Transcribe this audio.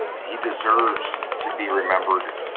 he deserves to be remembered,